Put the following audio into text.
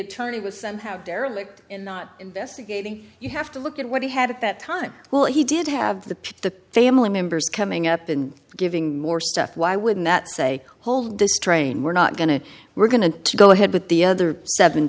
attorney was somehow derelict in not investigating you have to look at what he had at that time well he did have the the family members coming up and giving more stuff why wouldn't that say hold this train we're not going to we're going to go ahead with the other seven